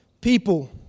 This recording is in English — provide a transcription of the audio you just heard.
people